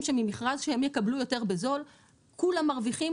שממכרז שהם יקבלו יותר בזול כולם מרוויחים,